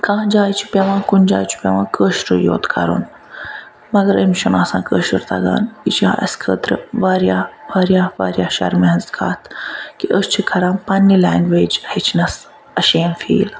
کانٛہہ جاے چھِ پیٚوان کُنہِ جایہِ چھُ پیٚوان کٲشرُے یوت کَرُن مگر امس چھُ نہٕ آسان کٲشُر تَگان یہِ چھُ اسہِ خٲطرٕ واریاہ واریاہ واریاہ شَرمہِ ہٕنٛز کتھ کہ أسۍ چھِ کَران پَنن لینٛگویج ہیٚچھنَس شیم فیٖل